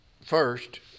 first